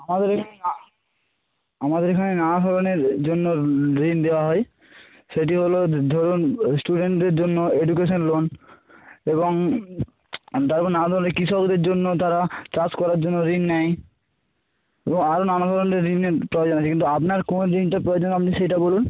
আমাদের এখানে আমাদের এখানে নানা ধরনের জন্য ঋণ দেওয়া হয় সেটি হল ধরুন স্টুডেন্টদের জন্য এডুকেশান লোন এবং কৃষকদের জন্য তারা চাষ করার জন্য ঋণ নেয় এবং আরও নানা ধরনের ঋণের প্রয়োজন আছে কিন্তু আপনার কোন ঋণটার প্রয়োজন আপনি সেটা বলুন